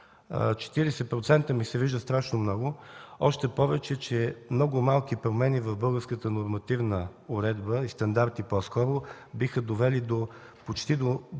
40 % ми се виждат страшно много, още повече, че много малки промени в българската нормативна уредба и по-скоро – стандарти, биха довели почти до